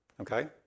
Okay